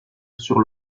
sur